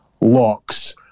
locks